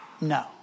no